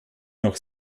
noch